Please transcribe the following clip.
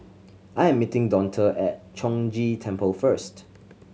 I'm meeting Donta at Chong Ghee Temple first